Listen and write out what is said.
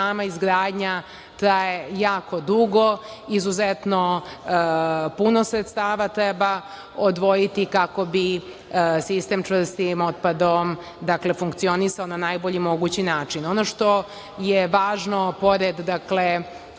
izgradnja traje jako dugo, izuzetno puno sredstava treba odvojiti kako bi sistem čvrstim otpadom funkcionisao na najbolji mogući način. Ono što je važno, pored ovih